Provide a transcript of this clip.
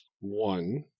one